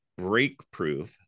Breakproof